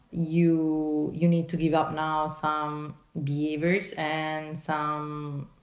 you, you need to give up now some beavers and some